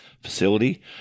facility